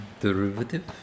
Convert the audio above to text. derivative